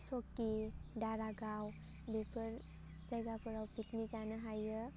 सौकि दारागाव बेफोर जायगाफोराव पिकनिक जायो हायो